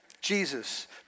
Jesus